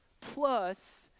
plus